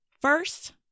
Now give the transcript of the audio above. First